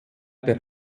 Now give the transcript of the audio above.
der